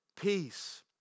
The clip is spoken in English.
peace